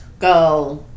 go